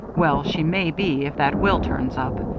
well, she may be, if that will turns up.